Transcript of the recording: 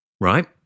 right